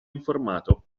informato